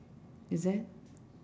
is it